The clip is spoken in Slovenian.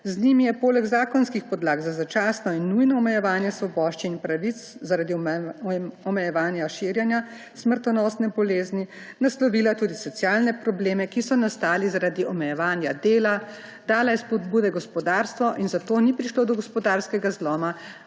Z njimi je poleg zakonskih podlag za začasno in nujno omejevanje svoboščin in pravic zaradi omejevanja širjenja smrtonosne bolezni naslovila tudi socialne probleme, ki so nastali zaradi omejevanja dela. Dala je spodbude gospodarstvu in zato ni prišlo do gospodarskega zloma.